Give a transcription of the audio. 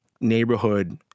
neighborhood